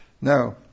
No